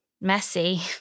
messy